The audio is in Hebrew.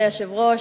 אדוני היושב-ראש,